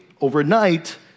overnight